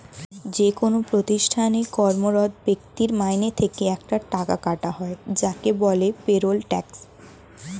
যেকোন প্রতিষ্ঠানে কর্মরত ব্যক্তির মাইনে থেকে একটা টাকা কাটা হয় যাকে বলে পেরোল ট্যাক্স